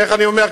ואיך אני אומר,